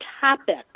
topic